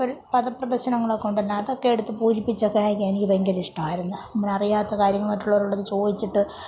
പദ പ്രശ്നങ്ങളൊക്കെ ഉണ്ടല്ലൊ അതൊക്കെ എടുത്ത് പൂരിപ്പിച്ചൊക്കെ അയയ്ക്കാൻ എനിക്ക് ഭയങ്കര ഇഷ്ടമായിരുന്നു നമ്മളറിയാത്ത കാര്യങ്ങള് മറ്റുള്ളവരോട് ചോദിച്ചിട്ട്